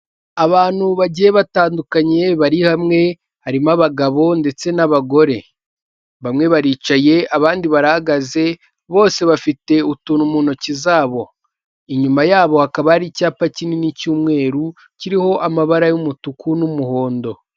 Abantu bagiye batandukanye bari hamwe harimo abagabo ndetse n'abagore bamwe baricaye abandi barahagaze bose bafite utuntu mu ntoki zabo inyuma yabo hakaba hari icyapa kinini cy'umweru kiriho amabara y'umutuku n'umuhondo.